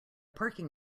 parking